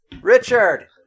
Richard